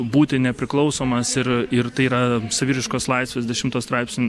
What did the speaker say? būti nepriklausomas ir ir tai yra saviraiškos laisvės dešimto straipsnio